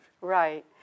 Right